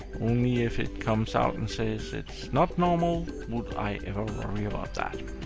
only if it comes out and says it's not normal would i ever worry about that.